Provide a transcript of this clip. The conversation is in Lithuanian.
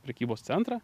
prekybos centrą